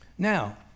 Now